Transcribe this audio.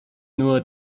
nur